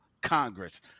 Congress